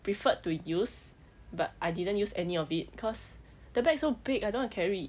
preferred to use but I didn't use any of it cause the bag so big I don't want to carry